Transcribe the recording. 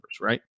right